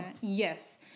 Yes